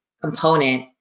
component